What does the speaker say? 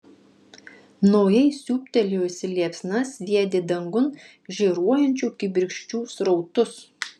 naujai siūbtelėjusi liepsna sviedė dangun žėruojančių kibirkščių srautus